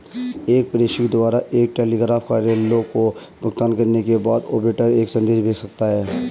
एक प्रेषक द्वारा एक टेलीग्राफ कार्यालय को भुगतान करने के बाद, ऑपरेटर एक संदेश भेज सकता है